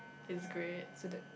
is great